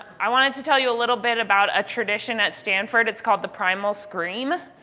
i wanted to tell you a little bit about a tradition at stanford. it's called the primal scream.